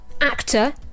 actor